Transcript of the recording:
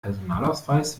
personalausweis